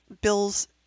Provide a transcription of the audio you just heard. Bill's